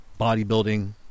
bodybuilding